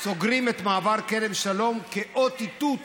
סוגרים את מעבר כרם שלום כאות איתות: